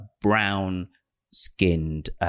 brown-skinned